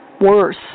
worse